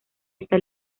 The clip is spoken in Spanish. esta